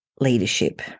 leadership